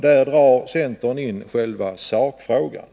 Där drar centern in själva sakfrågan.